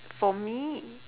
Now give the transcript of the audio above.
for me